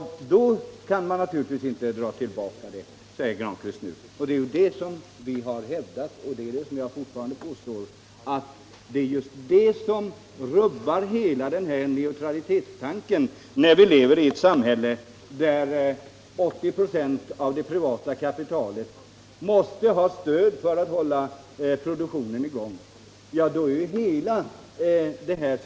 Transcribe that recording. Då kan man naturligtvis inte dra tillbaka bidragen, säger Pär Granstedt nu, och det är ju det vi hävdat och fortfarande påstår. Det är just detta som rubbar hela den här neutralitetstanken, när vi lever i ett samhälle där 80 ?6 av det privata kapitalet måste ha stöd för att produktionen skall hållas i gång.